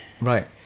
Right